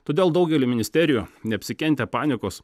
todėl daugelį ministerijų neapsikentę panikos